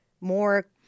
more